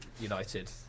United